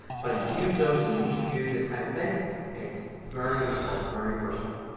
but if you use those and you need to do this kind of thing it's very useful and very versatile.